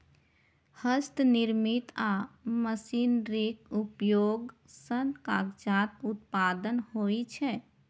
हस्तनिर्मित आ मशीनरीक उपयोग सं कागजक उत्पादन होइ छै